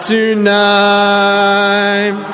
Tonight